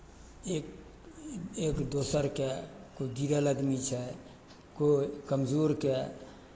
एक एक दोसरके कोइ गिड़ल आदमी छै छै कोइ कमजोरके